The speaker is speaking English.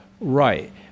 right